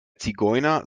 zigeuner